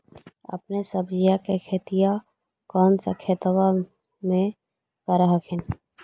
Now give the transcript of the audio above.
अपने सब्जिया के खेतिया कौन सा खेतबा मे कर हखिन?